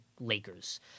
Lakers